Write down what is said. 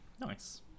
Nice